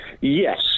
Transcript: Yes